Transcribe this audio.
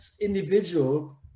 individual